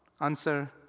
Answer